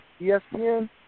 ESPN